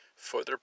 further